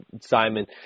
Simon